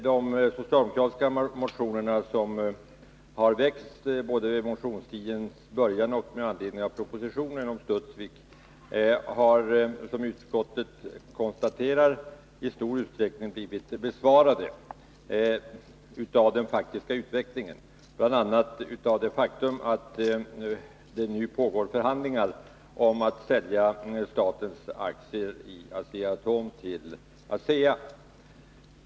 De socialdemokratiska motionerna, som har väckts både under den allmänna motionstiden och med anledning av propositionen om anslag till Studsvik Energiteknik AB, m.m., har som utskottet konstaterar i stor utsträckning blivit besvarade genom den faktiska utvecklingen, bl.a. genom det faktum att det nu pågår förhandlingar om att sälja statens aktier i Asea-Atom till ASEA.